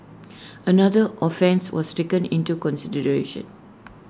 another offence was taken into consideration